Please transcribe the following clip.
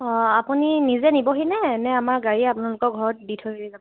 আপুনি নিজে নিবহিনে নে আমাৰ গাড়ী আপোনালোকৰ ঘৰত দি থৈ যাব